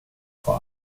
vor